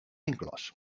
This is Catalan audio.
inclòs